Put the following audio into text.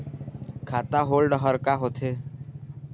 खाता होल्ड हर का होथे?